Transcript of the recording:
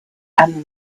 and